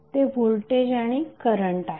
ते व्होल्टेज आणि करंट आहेत